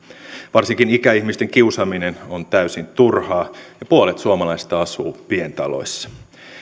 varsinkin ikäihmisten kiusaaminen on täysin turhaa ja puolet suomalaisista asuu pientaloissa